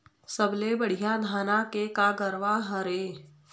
सबले बढ़िया धाना के का गरवा हर ये?